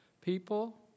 people